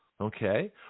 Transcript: Okay